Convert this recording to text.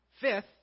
Fifth